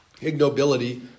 Ignobility